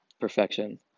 perfection